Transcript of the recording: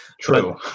True